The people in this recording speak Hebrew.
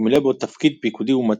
ומילא בו תפקידי פיקוד ומטה.